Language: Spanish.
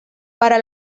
para